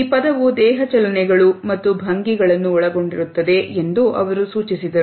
ಈ ಪದವು ದೇಹದ ಚಲನೆಗಳು ಮತ್ತು ಭಂಗಿಗಳನ್ನು ಒಳಗೊಂಡಿರುತ್ತದೆ ಎಂದು ಅವರು ಸೂಚಿಸಿದರು